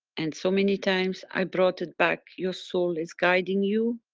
and so many times i've brought it back your soul is guiding you.